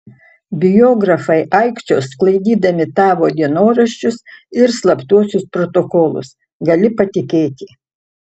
biografai aikčios sklaidydami tavo dienoraščius ir slaptuosius protokolus gali patikėti